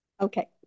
Okay